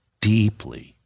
deeply